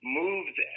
moved